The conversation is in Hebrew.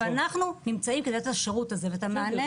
ואנחנו נמצאים כדי לת את השירות הזה ואת המענה.